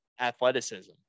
athleticism